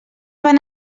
van